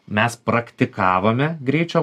mes praktikavome greičio